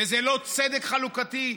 וזה לא צדק חלוקתי,